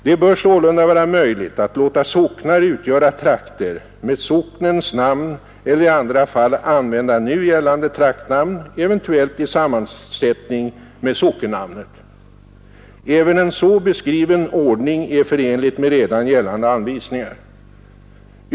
Det bör sålunda vara möjligt att låta socknar utgöra trakter med socknens namn eller i andra fall använda nu gällande traktnamn, eventuellt i sammansättning med sockennamnet. Även en så beskriven ordning är förenlig med redan gällande anvisningar.